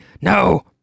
no